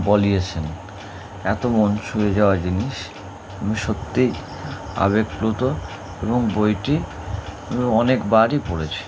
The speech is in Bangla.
বলিয়েছেন এত মন ছুঁয়ে যাওয়া জিনিস আমি সত্যিই আবেগপ্লুত এবং বইটি অনেকবারই পড়েছি